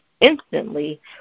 instantly